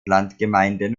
landgemeinden